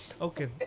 Okay